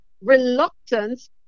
reluctance